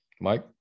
Mike